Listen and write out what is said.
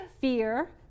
Fear